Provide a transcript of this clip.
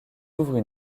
ouvrent